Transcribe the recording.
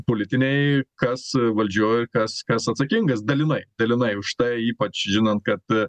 politiniai kas valdžioj ir kas kas atsakingas dalinai dalinai už tai ypač žinant kad